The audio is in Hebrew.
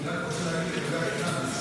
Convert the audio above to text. הבריאות, אני רק רוצה להגיד לגבי הקנביס